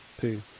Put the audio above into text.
poo